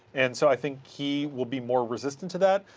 and so i think he will be more resistant to that.